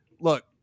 Look